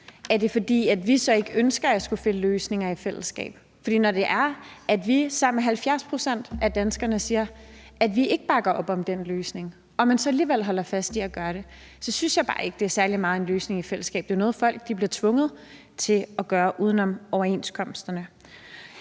Er det, fordi vi så ikke ønsker at skulle finde løsninger i fællesskab? For når vi sammen med 70 pct. af danskerne siger, at vi ikke bakker op om den løsning, og man så alligevel holder fast i at gøre det, synes jeg bare ikke, det er særlig meget en løsning i fællesskab. Det er jo noget, folk bliver tvunget til at gøre uden om overenskomsterne.